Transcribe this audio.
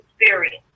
experience